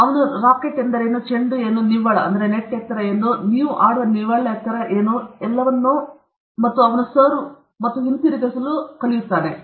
ಅವರು ರಾಕೇಟ್ ಎಂದರೇನು ಚೆಂಡು ಏನು ನಿವ್ವಳ ಎತ್ತರ ಏನು ನೀವು ಆಡುವ ನಿವ್ವಳ ಎತ್ತರ ಏನು ಮತ್ತು ಎಲ್ಲವನ್ನೂ ಮತ್ತು ಅವನು ಈ ಸರ್ವ್ ಮತ್ತು ಎಲ್ಲವನ್ನು ಹಿಂದಿರುಗಿಸಲು ಪ್ರಾರಂಭಿಸುತ್ತಾನೆ ಅವನು ಕಲಿಯುತ್ತಾನೆ